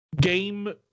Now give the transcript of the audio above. game